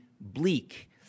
bleak